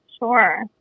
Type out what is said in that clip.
Sure